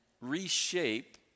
reshape